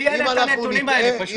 פשוט לי אין את הנתונים האלה.